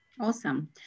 Awesome